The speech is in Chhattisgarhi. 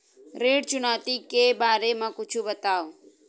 ऋण चुकौती के बारे मा कुछु बतावव?